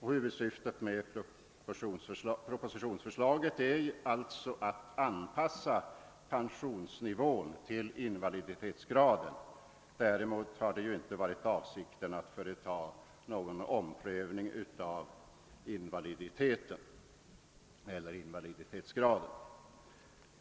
Huvudsyftet med propositionsförslaget är alltså att anpassa pensionsnivån till invaliditetsgraden. Däremot har det inte varit avsikten att företa någon omprövning av invaliditetsgraden.